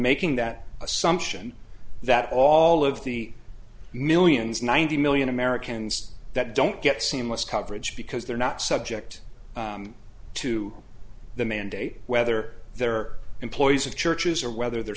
making that assumption that all of the millions ninety million americans that don't get seamless coverage because they're not subject to the mandate whether they're employees of churches or whether they're